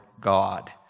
God